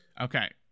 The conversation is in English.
okay